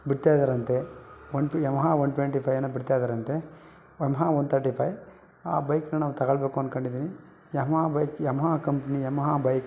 ಬಿಡ್ತಾಯಿದ್ದಾರಂತೆ one ಟ್ Yamaha one twenty five ಏನೊ ಬಿಡ್ತಯಿದ್ದಾರಂತೆ ಯಮಹ ಒನ್ ಥರ್ಟಿ ಫೈವ್ ಆ ಬೈಕ್ನ ನಾವು ತಗೊಳ್ಬೇಕು ಅಂದ್ಕೊಂಡಿದ್ದಿನಿ Yamaha bike Yamaha company Yamaha bike